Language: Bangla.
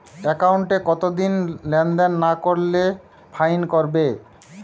একাউন্টে কতদিন লেনদেন না করলে ফাইন কাটবে?